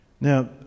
Now